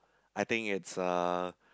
I think it's uh